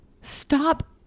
Stop